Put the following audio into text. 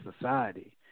society